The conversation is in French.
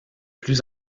plus